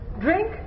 drink